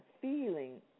feeling